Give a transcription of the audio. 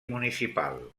municipal